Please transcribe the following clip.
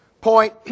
point